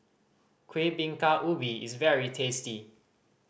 Kuih Bingka Ubi is very tasty